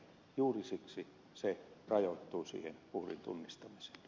juuri siksi se rajoittuu siihen puhelintunnistamiseen